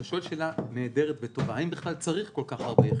אתה שואל שאלה נהדרת וטובה האם בכלל צריך כל-כך הרבה יחידות?